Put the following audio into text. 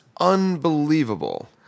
unbelievable